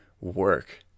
work